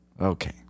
Okay